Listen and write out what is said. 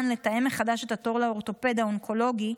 לתאם מחדש את התור לאורתופד האונקולוגי,